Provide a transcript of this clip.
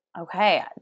Okay